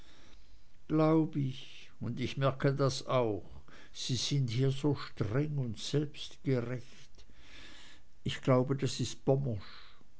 glaub ich ich merke das auch sie sind hier so streng und selbstgerecht ich glaube das ist